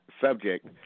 subject